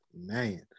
Man